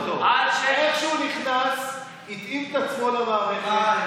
איך שהוא נכנס הוא התאים את עצמו למערכת,